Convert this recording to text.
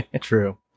True